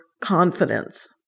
confidence